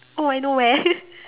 oh I know where